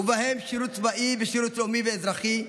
ובהם שירות צבאי ושירות לאומי ואזרחי.